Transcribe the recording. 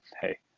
hey